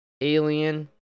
alien